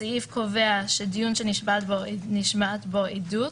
הסעיף קובע שדיון שנשמעת בו עדות,